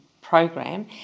program